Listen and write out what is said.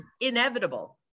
inevitable